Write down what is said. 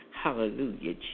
Hallelujah